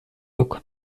yok